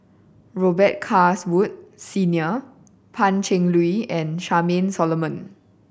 Robet Carr's Wood Senior Pan Cheng Lui and Charmaine Solomon